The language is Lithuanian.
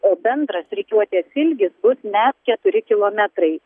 o bendras rikiuotės ilgis bus net keturi kilometrai